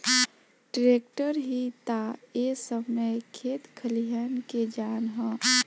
tractor ही ता ए समय खेत खलियान के जान ह